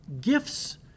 Gifts